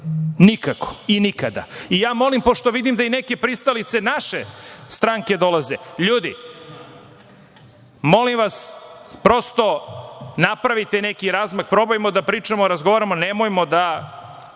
nikako i nikada. Molim, pošto vidim da i neke pristalice naše stranke dolaze, ljudi, molim vas, napravite neki razmak, probajmo da pričamo, razgovaramo. Nemojmo da